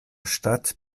stadt